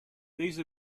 these